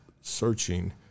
searching